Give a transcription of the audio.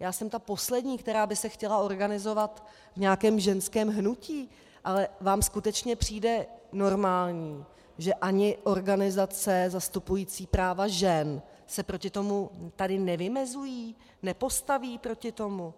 Já jsem ta poslední, která by se chtěla organizovat v nějakém ženském hnutí, ale vám skutečně přijde normální, že ani organizace zastupující práva žen se tady proti tomu nevymezují, nepostaví proti tomu?